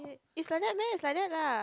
is like that meh it's like that lah